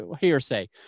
hearsay